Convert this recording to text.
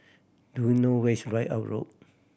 do you know where is Ridout Road